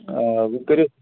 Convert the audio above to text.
آ کٔرِو